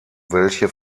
welche